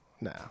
No